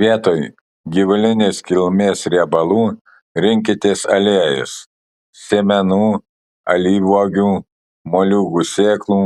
vietoj gyvulinės kilmės riebalų rinkitės aliejus sėmenų alyvuogių moliūgų sėklų